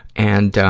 and,